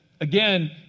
again